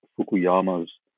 Fukuyama's